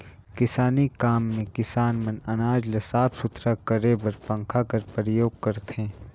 किसानी काम मे किसान मन अनाज ल साफ सुथरा करे बर पंखा कर परियोग करथे